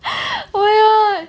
oh ya